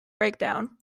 breakdown